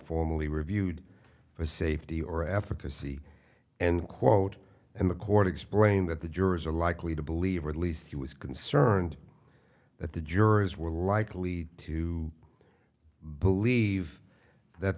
formally reviewed for safety or africa see end quote and the court explained that the jurors are likely to believe or at least he was concerned that the jurors were likely to believe that